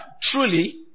truly